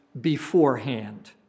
beforehand